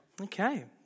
Okay